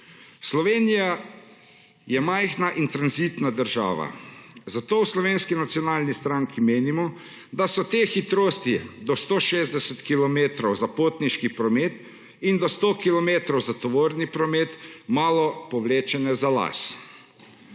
Slovenija je majhna in tranzitna država, zato v Slovenski nacionalni stranki menimo, da so te hitrosti do 160 kilometrov za potniški promet in do 100 kilometrov za tovorni promet malo povlečene za las.